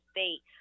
State